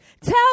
Tell